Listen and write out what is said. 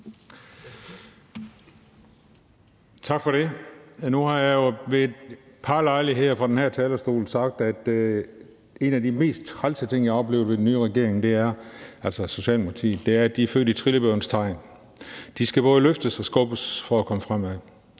Tak for det. Nu har jeg jo ved et par lejligheder på den her talerstol sagt, at en af de mest trælse ting, jeg har oplevet ved den nye regering, altså Socialdemokratiet, er, at de er født i trillebørens tegn: De skal både løftes og skubbes for at komme fremad.